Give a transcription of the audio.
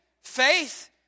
faith